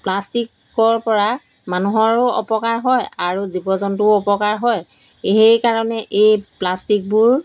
প্লাষ্টিকৰ পৰা মানুহৰো অপকাৰ হয় আৰু জীৱ জন্তুও অপকাৰ হয় সেইকাৰণে এই প্লাষ্টিকবোৰ